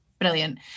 brilliant